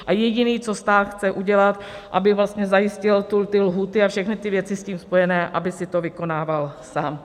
A jediný, co stát chce udělat, aby vlastně zajistil ty lhůty a všechny ty věci s tím spojené, aby si to vykonával sám.